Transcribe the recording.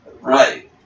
Right